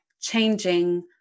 changing